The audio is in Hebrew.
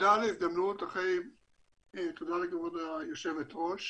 תודה על ההזדמנות, תודה לכבוד היושבת ראש